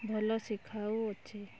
ଭଲ ଶିଖାଉ ଅଛି